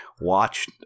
watch